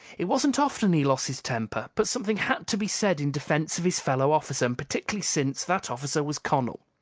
it wasn't often he lost his temper, but something had to be said in defense of his fellow officer, and particularly since that officer was connel.